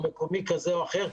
או מקומי כזה או אחר.